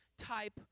type